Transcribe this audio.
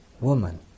woman